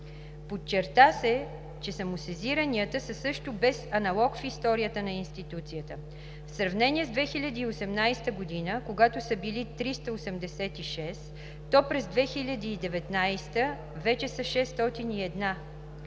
Подчерта се, че самосезиранията са също без аналог в историята на институцията. В сравнение с 2018 г. – когато са били 386, то през 2019 г. вече са 601.